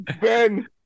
Ben